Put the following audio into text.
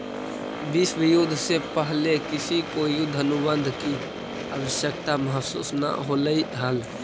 विश्व युद्ध से पहले किसी को युद्ध अनुबंध की आवश्यकता महसूस न होलई हल